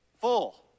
Full